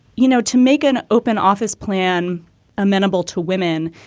you know, to make an open office plan amenable to women,